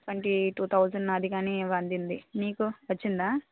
twenty two thousand అది కానీ అందింది నీకు వచ్చిందా